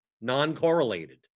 non-correlated